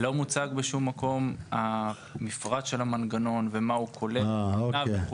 לא מוצג בשום מקום המפרט של המנגנון ומה הוא כולל וכולי.